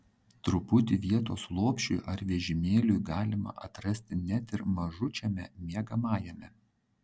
truputį vietos lopšiui ar vežimėliui galima atrasti net ir mažučiame miegamajame